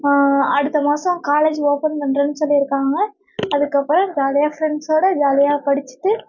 அடுத்த மாதம் college open பண்ணுறேன்னு சொல்லியிருக்காங்க அதுக்கப்புறம் ஜாலியாக ஃப்ரெண்ட்ஸோடு ஜாலியாக படிச்சுட்டு